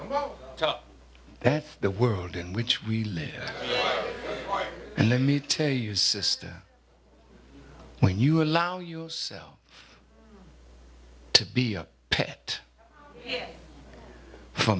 oh that's the world in which we live and let me tell you sister when you allow yourself to be a pet for